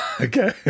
Okay